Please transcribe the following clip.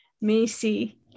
Macy